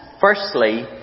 firstly